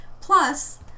plus